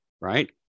right